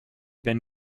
been